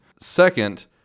Second